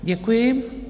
Děkuji.